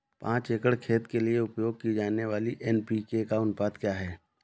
पाँच एकड़ खेत के लिए उपयोग की जाने वाली एन.पी.के का अनुपात क्या है?